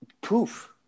poof